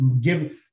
give